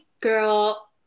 girl